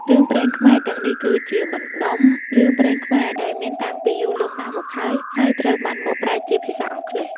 រឿងព្រេងខ្មែរ ទាំងនេះគឺជាបណ្តុំរឿងព្រេងខ្មែរដែលមានតាំងពីយូរលង់ណាស់មកហើយ ហើយត្រូវបានបកប្រែជាភាសាអង់គ្លេស។